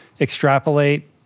extrapolate